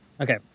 okay